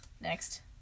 next